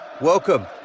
Welcome